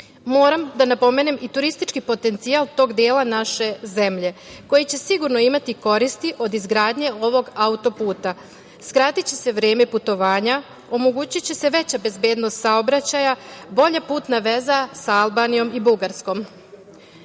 Moram da napomenem i turistički potencijal tog dela naše zemlje, koji će sigurno imati koristi od izgradnje ovog auto-puta. Skratiće se vreme putovanja, omogućiće se veća bezbednost saobraćaja, bolja putna veza sa Albanijom i Bugarskom. To